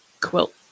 quilt